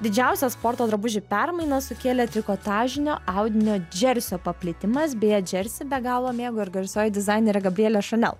didžiausią sporto drabužių permainą sukėlė trikotažinio audinio džersio paplitimas beje džersį be galo mėgo ir garsioji dizainerė gabrielė šanel